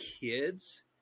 kids